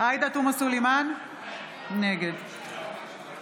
עאידה תומא סלימאן, נגד